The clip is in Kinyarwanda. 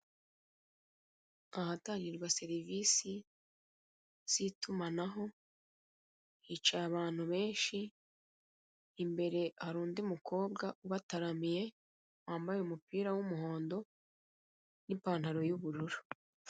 Ahatangirwa servisi z'itumanaho, hicaye abantu benshi, imbere hari undi mukobwa ubataramiye, wambaye umupira w'umuhondo n'ipantaro y'ubururu.